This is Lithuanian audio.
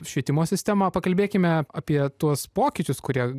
švietimo sistemą pakalbėkime apie tuos pokyčius kurie